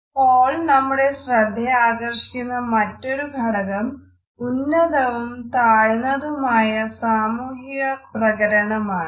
hall നമ്മുടെ ശ്രദ്ധയാകർഷിക്കുന്ന മറ്റൊരു ഘടകം ഉന്നതവും താഴ്ന്നതുമായ സാമൂഹികപ്രകരണമാണ്